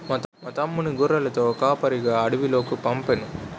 మా తమ్ముణ్ణి గొర్రెలతో కాపరిగా అడవిలోకి పంపేను